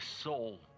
soul